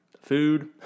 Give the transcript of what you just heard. food